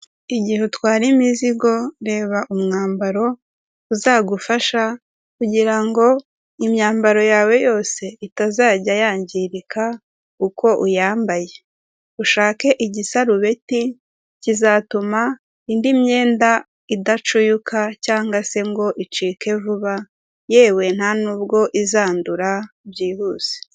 Igihe utwara imizigo reba umwambaro uzagufasha kugira ngo imyambaro yawe yose itazajya yangirika uko uyambaye, ushake igisarubeti kizatuma indi myenda idacuyuka cyangwa se ngo icike vuba, yewe nta nubwo izandura byihuse.